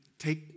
Take